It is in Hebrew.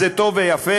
אז זה טוב ויפה,